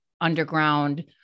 underground